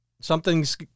something's